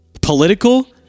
Political